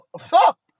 Fuck